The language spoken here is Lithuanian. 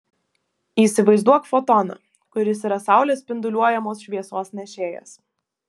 įsivaizduok fotoną kuris yra saulės spinduliuojamos šviesos nešėjas